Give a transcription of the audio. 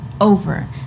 over